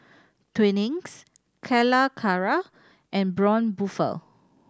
Twinings Calacara and Braun Buffel